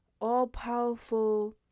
all-powerful